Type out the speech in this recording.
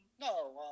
no